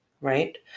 right